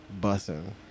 Bussing